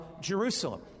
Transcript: Jerusalem